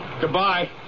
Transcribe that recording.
Goodbye